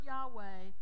Yahweh